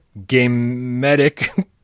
gametic